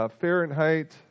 Fahrenheit